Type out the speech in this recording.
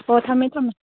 ꯍꯣ ꯊꯝꯃꯦ ꯊꯝꯃꯦ